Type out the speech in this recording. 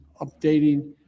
updating